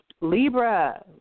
Libra